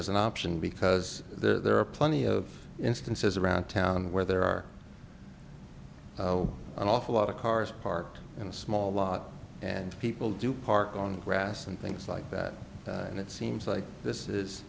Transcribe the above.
as an option because the there are plenty of instances around town where there are well an awful lot of cars parked in a small lot and people do park on the grass and things like that and it seems like this is